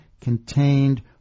contained